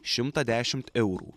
šimtą dešimt eurų